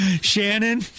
Shannon